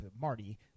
Marty